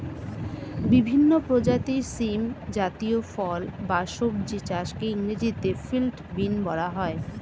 বিভিন্ন প্রজাতির শিম জাতীয় ফল বা সবজি চাষকে ইংরেজিতে ফিল্ড বিন বলা হয়